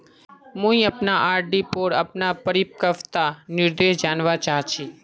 मुई अपना आर.डी पोर अपना परिपक्वता निर्देश जानवा चहची